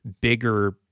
bigger